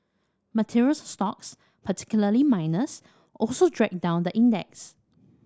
materials stocks particularly miners also dragged down the index